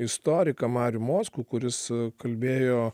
istoriką marių mockų kuris kalbėjo